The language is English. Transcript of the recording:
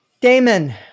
Damon